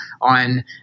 on